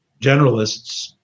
generalists